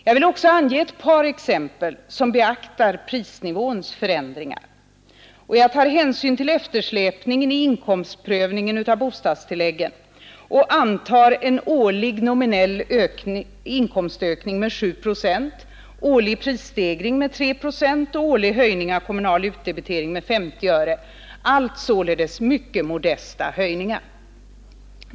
Jag vill också ange ett par exempel som beaktar prisnivåns förändringar. Jag tar hänsyn till eftersläpningen i inkomstprövningen av bostadstilläggen och antar en årlig norminell inkomstökning med 7 procent, årlig prisstegring med 3 procent och årlig höjning av kommunal utdebitering med 50 öre, allt således mycket modesta höjningar.